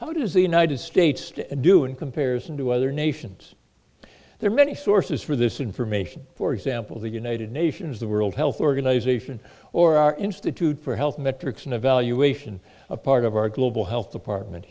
how does the united states to do in comparison to other nations there are many sources for this information for example the united nations the world health organization or our institute for health metrics and evaluation a part of our global health department